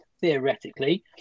Theoretically